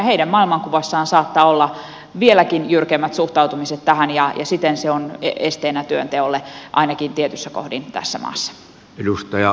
heidän maailmankuvassaan saattaa olla vieläkin jyrkemmät suhtautumiset tähän ja siten se on esteenä työnteolle ainakin tietyssä kohdin tässä maassa